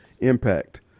impact